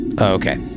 Okay